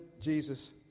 Jesus